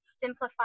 simplify